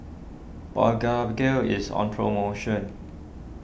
is on promotion